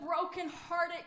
brokenhearted